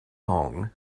long